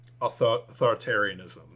authoritarianism